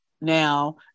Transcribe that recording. now